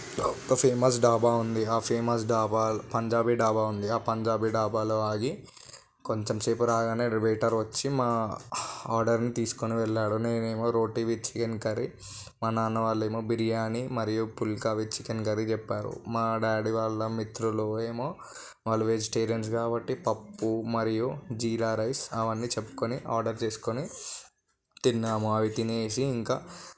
ఒక ఫేమస్ డాబా ఉంది ఆ ఫేమస్ డాబా పంజాబీ డాబా ఉంది ఆ పంజాబీ డాబాలో ఆగి కొంచెంసేపు రాగానే ఆ వెయిటర్ వచ్చి మా ఆర్డర్ని తీసుకొని వెళ్ళాడు నేను ఏమో రోటి విత్ చికెన్ కర్రీ మా నాన్న వాళ్ళు ఏమో బిర్యానీ మరియు పుల్కా విత్ చికెన్ కర్రీ చెప్పారు మా డాడీ వాళ్ళ మిత్రులు ఏమో వాళ్ళు వెజిటేరియన్స్ కాబట్టి పప్పు మరియు జీరా రైస్ అవన్నీ చెప్పుకొని ఆర్డర్ చేసుకొని తిన్నాము అవి తినేసి ఇంకా